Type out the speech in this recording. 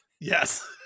yes